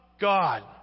God